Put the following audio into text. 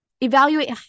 Evaluate